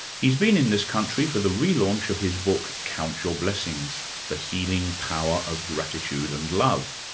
he's been in this country for the re-launch of his book count your blessings the healing power of gratitude and love.